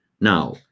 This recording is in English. now